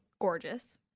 gorgeous